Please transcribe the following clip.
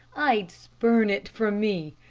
i'd spurn it from me.